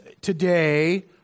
today